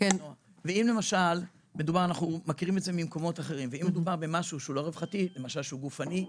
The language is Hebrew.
מה אם למשל מדובר במשהו שהוא לא רווחתי אלא גופני?